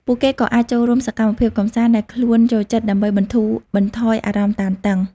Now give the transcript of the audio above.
ពួកគេក៏អាច ចូលរួមសកម្មភាពកម្សាន្ត ដែលខ្លួនចូលចិត្ត ដើម្បីបន្ធូរបន្ថយអារម្មណ៍តានតឹង។